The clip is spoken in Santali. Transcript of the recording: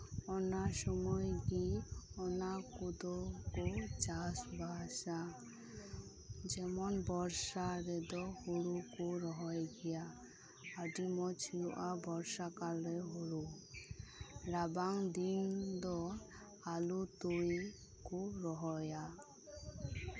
ᱚᱱᱟ ᱥᱚᱢᱚᱭ ᱜᱤ ᱚᱱᱟ ᱠᱚᱫᱚ ᱠᱚ ᱪᱟᱥᱵᱟᱥ ᱟ ᱡᱮᱢᱚᱱ ᱵᱚᱨᱥᱟ ᱨᱮᱫᱚ ᱦᱩᱲᱩ ᱠᱚ ᱨᱚᱦᱚᱭᱟ ᱟᱹᱰᱤ ᱢᱚᱸᱡ ᱦᱩᱭᱩᱜᱼᱟ ᱵᱚᱨᱥᱟ ᱠᱟᱞ ᱨᱮ ᱦᱩᱲᱩ ᱨᱟᱵᱟᱝ ᱫᱤᱱ ᱫᱚ ᱟᱞᱩ ᱛᱩᱲᱤ ᱠᱚ ᱨᱚᱦᱚᱭᱟ